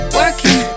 working